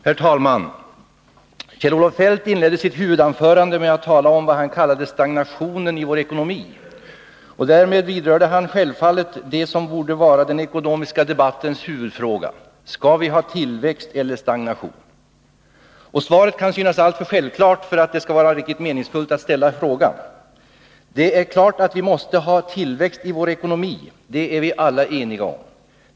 Herr talman! Kjell-Olof Feldt inledde sitt huvudanförande med att tala om vad han kallade stagnationen i vår ekonomi. Därmed vidrörde han självfallet det som borde vara den ekonomiska debattens huvudfråga: Skall vi ha tillväxt eller stagnation? Svaret kan synas alltför självklart för att frågan skall anses riktigt meningsfull. Det är klart att vi måste ha tillväxt i vår ekonomi. Det är vi alla eniga om.